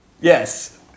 Yes